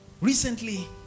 Recently